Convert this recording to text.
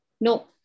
No